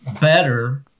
better